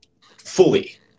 fully